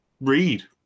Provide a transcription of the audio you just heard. read